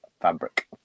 fabric